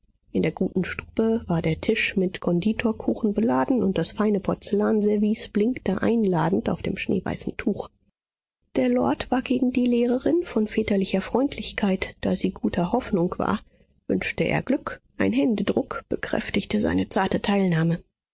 in der guten stube war der tisch mit konditorkuchen beladen und das feine porzellanservice blinkte einladend auf dem schneeweißen tuch der lord war gegen die lehrerin von väterlicher freundlichkeit da sie guter hoffnung war wünschte er glück ein händedruck bekräftigte seine zarte teilnahme